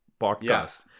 podcast